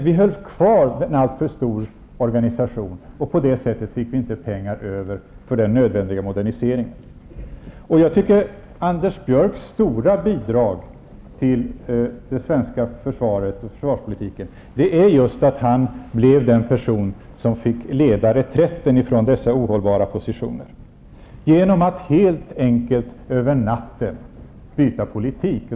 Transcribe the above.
Vi höll kvar en alltför stor organisation, och på det sättet fick vi inte pengar över för den nödvändiga moderniseringen. Anders Björcks stora bidrag till det svenska försvaret och försvarspolitiken, är just att han blev den person som fick leda reträtten från dessa ohållbara positioner, genom att helt enkelt över natten byta politik.